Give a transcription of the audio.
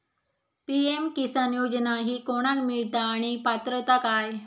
PM Kisan योजना ही कोणाक मिळता आणि पात्रता काय?